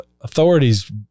authorities